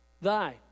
thy